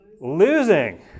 losing